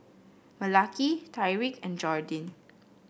Malaki Tyrik and Jordyn